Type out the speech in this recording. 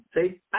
See